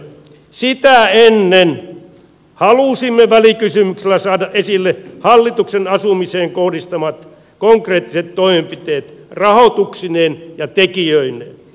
sitä ennen halusimme välikysymyksellä saada esille hallituksen asumiseen kohdistamat konkreettiset toimenpiteet rahoituksineen ja tekijöineen